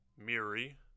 miri